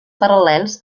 paral·lels